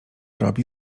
robi